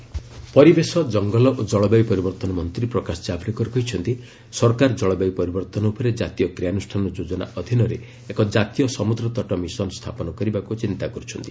Javadekar NCM ପରିବେଶ ଜଙ୍ଗଲ ଓ ଜଳବାୟୁ ପରିବର୍ତ୍ତନ ମନ୍ତ୍ରୀ ପ୍ରକାଶ ଜାଭଡେକର କହିଛନ୍ତି ସରକାର ଜଳବାୟୁ ପରିବର୍ତ୍ତନ ଉପରେ ଜାତୀୟ କ୍ରିୟାନୁଷ୍ଠାନ ଯୋଜନା ଅଧୀନରେ ଏକ ଜାତୀୟ ସମୁଦ୍ରତଟ ମିଶନ୍ ସ୍ଥାପନ କରିବାକୁ ଚିନ୍ତା କର୍ଚ୍ଛନ୍ତି